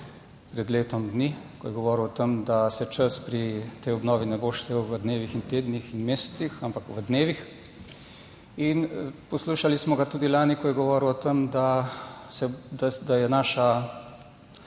pred letom dni, ko je govoril o tem, da se čas pri tej obnovi ne bo štel v dnevih in tednih in mesecih, ampak v dnevih. In poslušali smo ga tudi lani, ko je govoril o tem, da se, da